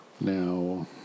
Now